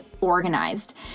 organized